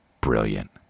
Brilliant